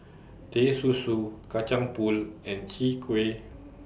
Teh Susu Kacang Pool and Chwee Kueh